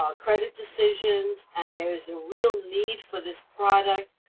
um credit decisions, and there's a real need for this product,